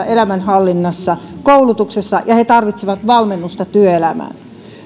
elämänhallinnassa ja koulutuksessa ja tarvitsevat valmennusta työelämään